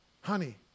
honey